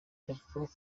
yavuze